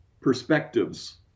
perspectives